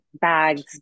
bags